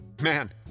Man